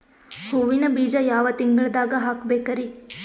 ಹೂವಿನ ಬೀಜ ಯಾವ ತಿಂಗಳ್ದಾಗ್ ಹಾಕ್ಬೇಕರಿ?